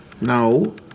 No